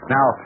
Now